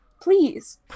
Please